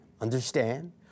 understand